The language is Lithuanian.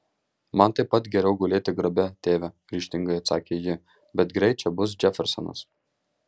man taip pat geriau gulėti grabe tėve ryžtingai atsakė ji bet greit čia bus džefersonas